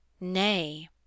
nay